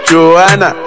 Joanna